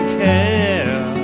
care